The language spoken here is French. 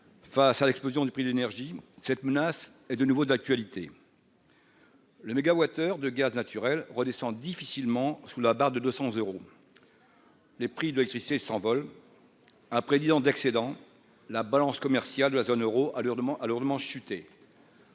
face à l'explosion du prix de l'énergie, cette menace est de nouveau d'actualité. Le mégawattheure de gaz naturel redescend difficilement sous la barre de 200 euros, les prix de électricité s'envole après 10 ans d'excédent, la balance commerciale de la zone Euro a lourdement a